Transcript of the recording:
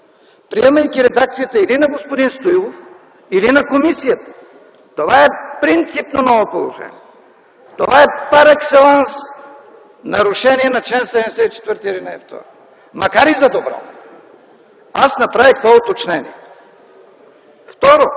приемайки редакцията или на господин Стоилов, или на комисията! Това е принципно ново положение! Това е, парекселанс, нарушение на чл. 74, ал. 2! Макар и за добро, аз направих това уточнение. Второ,